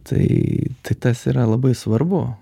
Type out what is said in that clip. tai tai tas yra labai svarbu